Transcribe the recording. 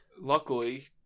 luckily